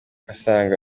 asanga